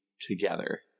together